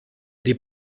die